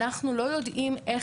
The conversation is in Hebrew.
אנחנו לא יודעים איך